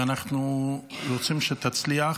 ואנחנו רוצים שתצליח